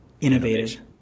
innovative